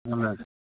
وَن حظ